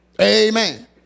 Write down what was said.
Amen